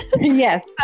Yes